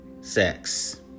sex